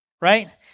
Right